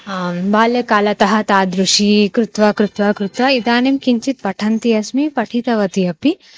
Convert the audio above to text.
बाल्यकालतः तादृशं कृत्वा कृत्वा कृत्वा इदानीं किञ्चित् पठन्ती अस्मि पाठितवती अपि